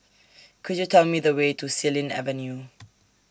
Could YOU Tell Me The Way to Xilin Avenue